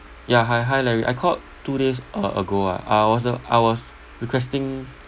yeah hi hi larry I called two days a~ ago ah I was uh I was requesting